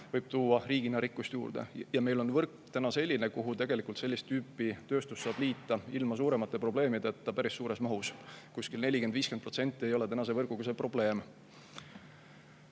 võib tuua meile riigina rikkust juurde. Ja meie võrk on selline, kuhu tegelikult sellist tüüpi tööstust saab liita ilma suuremate probleemideta päris suures mahus, 40–50% ei ole praeguse võrgu puhul probleem.